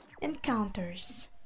Encounters